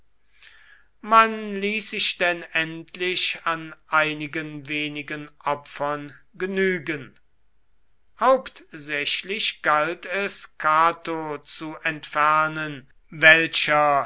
man ließ sich denn endlich an einigen wenigen opfern genügen hauptsächlich galt es cato zu entfernen welcher